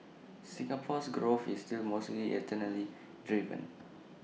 Singapore's growth is still mostly externally driven